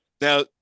Now